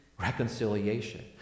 reconciliation